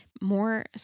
more